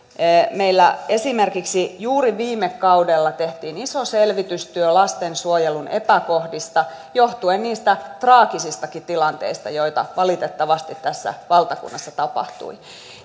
meillä esimerkiksi juuri viime kaudella tehtiin iso selvitystyö lastensuojelun epäkohdista johtuen niistä traagisistakin tilanteista joita valitettavasti tässä valtakunnassa tapahtui